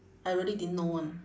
I really didn't know [one]